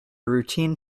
routine